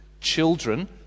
Children